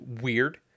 weird